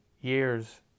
years